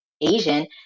Asian